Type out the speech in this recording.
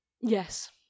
Yes